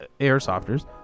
airsofters